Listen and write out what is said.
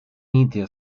media